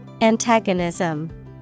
Antagonism